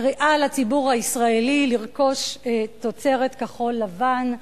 קריאה לציבור הישראלי לרכוש תוצרת כחול-לבן.